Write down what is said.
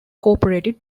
cooperated